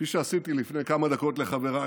כפי שעשיתי לפני כמה דקות לחבריי,